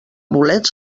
bolets